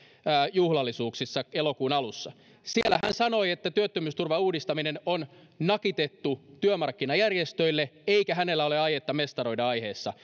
juhlallisuuksissa elokuun alussa siellä hän sanoi että työttömyysturvan uudistaminen on nakitettu työmarkkinajärjestöille eikä hänellä ole aietta mestaroida aiheessa